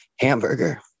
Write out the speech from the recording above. hamburger